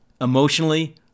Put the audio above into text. emotionally